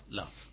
love